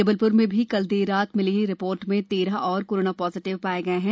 जबलपुर में भी कल देर रात मिली रिपोर्ट में तेरह और कोरोना पॉजिटीव पाए गए हैं